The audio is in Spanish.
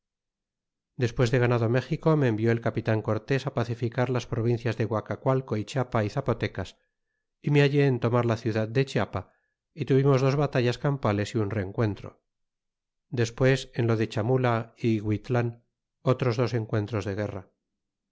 despues de ganado méxico me envió el capitan cortés a pacificar las provincias de guacacualco y chiapa y zapotecas y me hallé en tomar la ciudad de chiapa y tuvimos dos batallas campales y un rencuentro despues en lo de chamula y guitlan otros dos encuentros de guerra